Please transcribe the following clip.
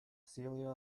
celia